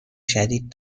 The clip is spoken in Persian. شدید